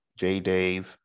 JDave